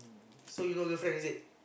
so you no girlfriend is it